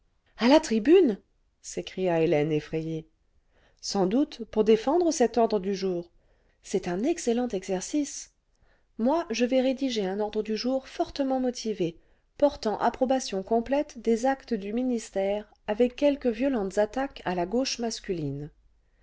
a la tribune s'écria hélène effrayée sans cloute pour défendre cet ordre du jour c'est un excellent exercice moi je vais rédiger un ordre du jour fortement motivé portant approbation complète des actes du ministère avec quelques violentes attaques à la gauche masculine